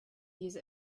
use